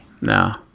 No